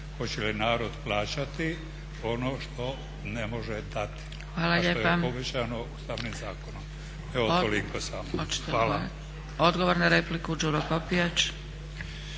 Hoće li narod plaćati ono što ne može dati, a što je obećano